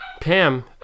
Pam